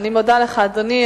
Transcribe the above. אני מודה לך, אדוני.